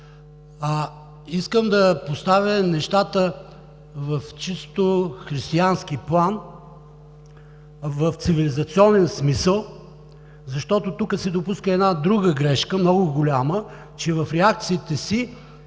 Искам да поставя нещата в чисто християнски план, в цивилизационен смисъл, защото се допуска друга много голяма грешка, а в реакциите си